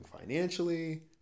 financially